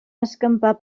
escampar